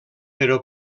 però